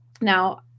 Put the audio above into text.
Now